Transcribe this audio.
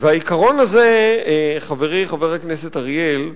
והעיקרון הזה, חברי, חבר הכנסת אריאל,